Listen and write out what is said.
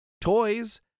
toys